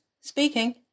speaking